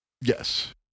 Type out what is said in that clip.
yes